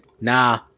nah